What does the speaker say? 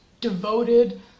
devoted